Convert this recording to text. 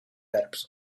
verbs